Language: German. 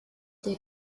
der